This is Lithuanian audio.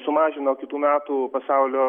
sumažino kitų metų pasaulio